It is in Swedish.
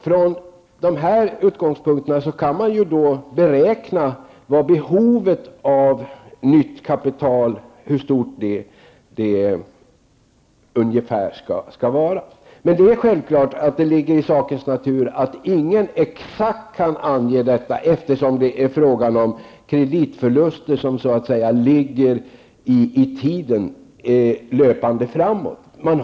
Från dessa utgångspunkter kan man beräkna storleken på det tillskott av kapital som man har behov av. Det ligger självklart i sakens natur att ingen exakt kan ange detta belopp, eftersom det är fråga om kreditförluster som så att säga ligger i tiden löpande framåt.